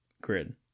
grid